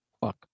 Fuck